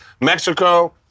Mexico